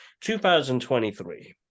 2023